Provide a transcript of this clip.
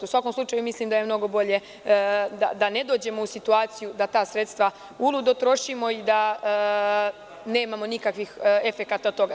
U svakom slučaju mislim da je mnogo bolje da ne dođemo u situaciju da ta sredstva uludo trošimo i da nemamo nikakvih efekata od toga.